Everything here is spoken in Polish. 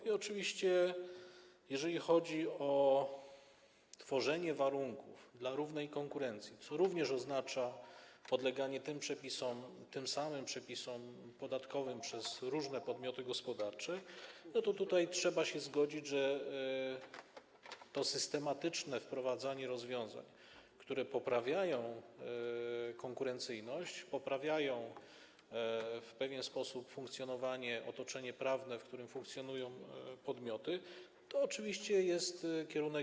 I oczywiście jeżeli chodzi o tworzenie warunków dla równej konkurencji, co również oznacza podleganie tym samym przepisom podatkowym przez różne podmioty gospodarcze, to tutaj trzeba się zgodzić, że to systematyczne wprowadzanie rozwiązań, które poprawiają konkurencyjność, poprawiają w pewien sposób funkcjonowanie, otoczenie prawne, w którym funkcjonują podmioty, to oczywiście jest dobry kierunek.